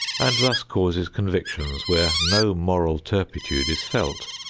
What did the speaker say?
and thus causes convictions where no moral turpitude is felt.